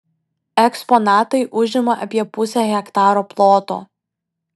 eksponatai užima apie pusę hektaro ploto